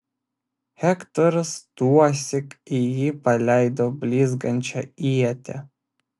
hektoras tuosyk į jį paleido blizgančią ietį